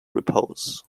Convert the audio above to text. repose